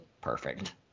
perfect